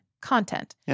content